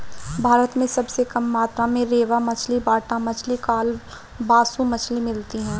भारत में सबसे कम मात्रा में रेबा मछली, बाटा मछली, कालबासु मछली मिलती है